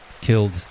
killed